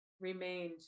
remained